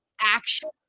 action